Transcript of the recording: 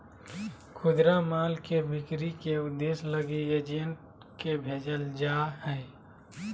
खुदरा माल के बिक्री के उद्देश्य लगी एजेंट के भेजल जा हइ